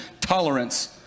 tolerance